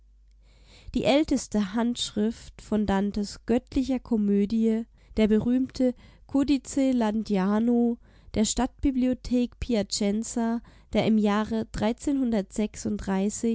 die älteste handschrift von dantes göttlicher komödie der berühmte codice landiano der stadtbibliothek piacenza der im jahre